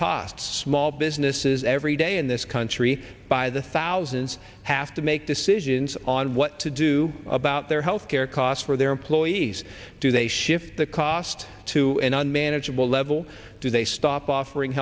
costs mall businesses every day in this country by the thousands have to make decisions on what to do about their health care costs for their employees do they shift the cost to an unmanageable level do they stop offering